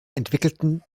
entwickelten